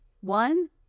One